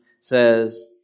says